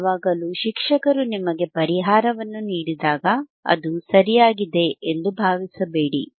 ಯಾವಾಗಲೂ ಶಿಕ್ಷಕರು ನಿಮಗೆ ಪರಿಹಾರವನ್ನು ನೀಡಿದಾಗ ಅದು ಸರಿಯಾಗಿದೆ ಎಂದು ಭಾವಿಸಬೇಡಿ